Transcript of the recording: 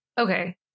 Okay